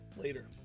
later